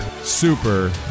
Super